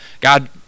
God